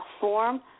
Form